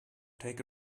take